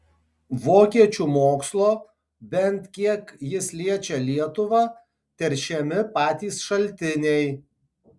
vokiečių mokslo bent kiek jis liečią lietuvą teršiami patys šaltiniai